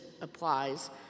applies